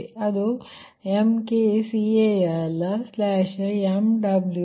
ಅದು MkCalMWHr